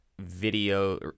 video